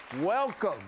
Welcome